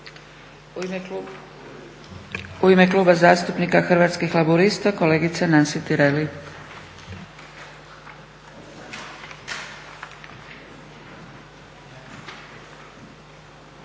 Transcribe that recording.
U ime Kluba zastupnika Hrvatskih laburista kolegica Nansi Tireli.